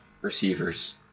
receivers